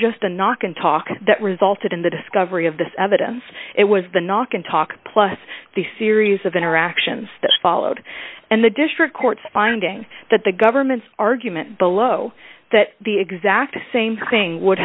just a knock and talk that resulted in the discovery of this evidence it was the knock and talk plus the series of interactions that followed and the district court's finding that the government's argument below that the exact same thing would